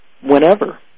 whenever